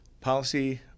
policy